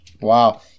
Wow